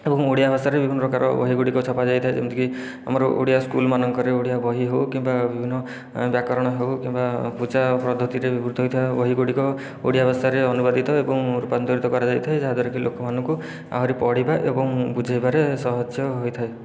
ଏବଂ ଓଡ଼ିଆ ଭାଷାରେ ବିଭିନ୍ନ ପ୍ରକାର ବହି ଗୁଡ଼ିକ ଛପାଯାଇଥାଏ ଯେମିତିକି ଆମର ଓଡ଼ିଆ ସ୍କୁଲ ମାନଙ୍କରେ ଓଡ଼ିଆ ବହି ହେଉ କିମ୍ବା ବିଭିନ୍ନ ବ୍ୟାକରଣ ହେଉ କିମ୍ବା ପୂଜା ପଦ୍ଧତିରେ ବ୍ୟବହୃତ ହେଉଥିବା ବହିଗୁଡ଼ିକ ଓଡ଼ିଆ ଭାଷାରେ ଅନୁବାଦିତ ଏବଂ ରୂପାନ୍ତରିତ କରାଯାଇଥାଏ ଯାହାଦ୍ୱାରାକି ଲୋକମାନଙ୍କୁ ଆହୁରି ପଢ଼ିବା ଏବଂ ବୁଝେଇବାରେ ସାହାଯ୍ୟ ହୋଇଥାଏ